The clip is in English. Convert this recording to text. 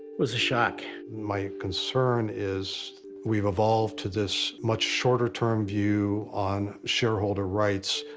was a shock. my concern is we've evolved to this much shorter-term view on shareholder rights,